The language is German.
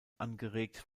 angeregt